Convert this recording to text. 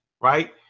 right